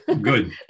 good